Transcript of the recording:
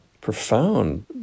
Profound